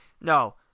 no